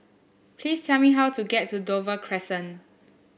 please tell me how to get to Dover Crescent